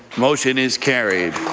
motion is carried.